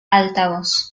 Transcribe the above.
altavoz